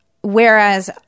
Whereas